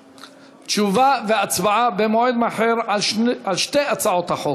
תשובה והצבעה במועד אחר על שתי הצעות החוק,